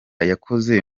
yakoze